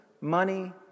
money